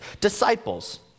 disciples